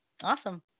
Awesome